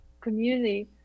community